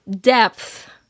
depth